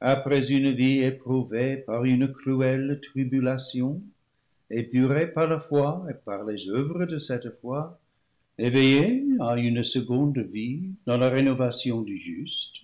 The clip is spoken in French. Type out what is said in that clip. après une vie éprouvée par une cruelle tribulation épurée par la foi et par les oeuvres de cette foi éveillé à une seconde vie dans la rénovation du juste